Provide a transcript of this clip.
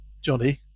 Johnny